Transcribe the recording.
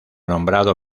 nombrado